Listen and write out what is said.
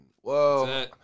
Whoa